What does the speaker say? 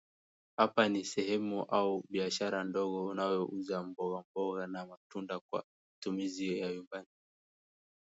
Hapa ni sehemu au biashara ndogo unayouza mboga mboga na matunda kwa matumizi ya nyumbani.